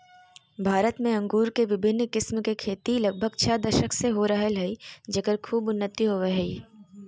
भारत में अंगूर के विविन्न किस्म के खेती लगभग छ दशक से हो रहल हई, जेकर खूब उन्नति होवअ हई